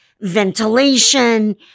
ventilation